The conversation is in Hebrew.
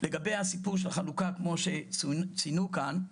לגבי הסיפור של חלוקה כפי שציינו כאן,